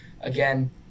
again